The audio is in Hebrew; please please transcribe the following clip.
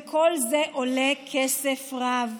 וכל זה עולה כסף רב.